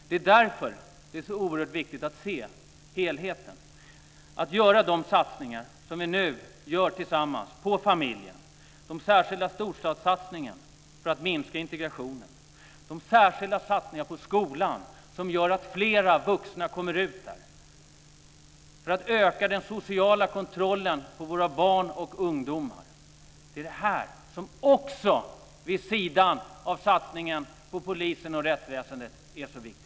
Det är därför så oerhört viktigt att se helheten och att göra de satsningar som vi nu gör tillsammans på familjen, den särskilda storstadssatsningen för att minska segregationen, de särskilda satsningar på skolan som gör att fler vuxna kommer ut dit, satsningar för att öka den sociala kontrollen på våra barn och ungdomar. Det är det här som också vid sidan av satsningen på polisen och rättsväsendet är så viktigt.